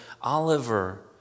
Oliver